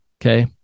Okay